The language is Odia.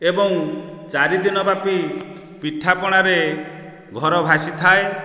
ଏବଂ ଚାରିଦିନ ବ୍ୟାପି ପିଠାପଣାରେ ଘର ଭାସିଥାଏ